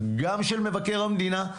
גם של מבקר המדינה,